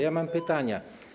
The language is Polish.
Ja mam pytania.